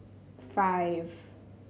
five